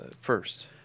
first